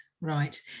right